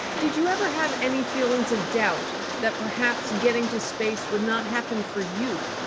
did you ever have any feelings of doubt that perhaps getting to space would not happen for you?